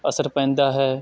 ਅਸਰ ਪੈਂਦਾ ਹੈ